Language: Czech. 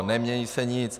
Nemění se nic.